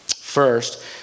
First